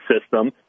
system